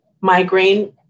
migraine